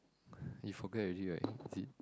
you forget already right is it